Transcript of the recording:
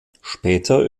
später